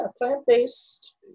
plant-based